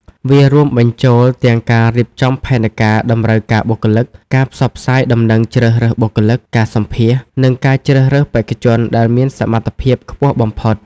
វារួមបញ្ចូលទាំងការរៀបចំផែនការតម្រូវការបុគ្គលិក ការផ្សព្វផ្សាយដំណឹងជ្រើសរើសបុគ្គលិក ការសម្ភាសន៍ និងការជ្រើសរើសបេក្ខជនដែលមានសមត្ថភាពខ្ពស់បំផុត។